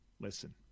Listen